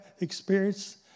experience